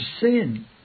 sin